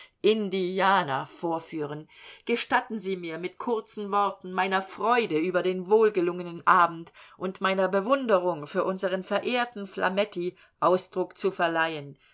indianer vorführen gestatten sie mir mit kurzen worten meiner freude über den wohlgelungenen abend und meiner bewunderung für unsren verehrten flametti ausdruck zu verleihen